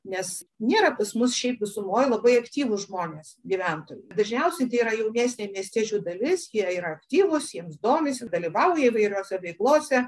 nes nėra pas mus šiaip visumoj labai aktyvūs žmonės gyventojai dažniausiai tai yra jaunesnė miestiečių dalis jie yra ir aktyvūs jiems domisi dalyvauja įvairiose veiklose